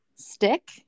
stick